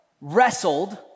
wrestled